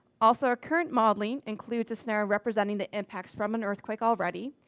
also, our current modeling includes a scenario representing the impacts from an earthquake already,